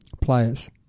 players